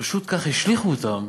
פשוט כך, השליכו אותם